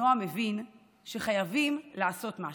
נועם הבין שחייבים לעשות משהו.